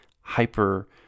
hyper-